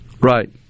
Right